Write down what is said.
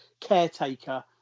caretaker